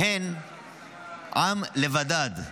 "הן עם לבדד".